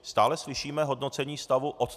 Stále slyšíme hodnocení stavu odteď.